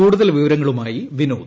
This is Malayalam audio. കൂടുതൽ വിവരങ്ങളുമായി വിനോദ്